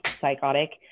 psychotic